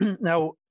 Now